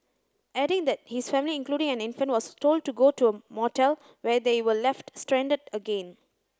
adding that his family including an infant was told to go to a motel where they were left stranded again